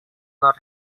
not